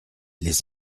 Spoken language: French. les